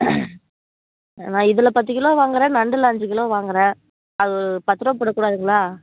நான் இதில் பத்து கிலோ வாங்கறேன் நண்டில் அஞ்சு கிலோ வாங்கறேன் அது ஒரு பத்து ரூவா போடக்கூடாதுங்களா